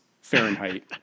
Fahrenheit